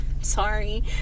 Sorry